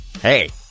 Hey